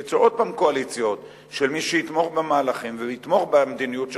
וליצור עוד הפעם קואליציות של מי שיתמוך במהלכים ויתמוך במדיניות שלך,